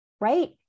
right